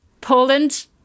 Poland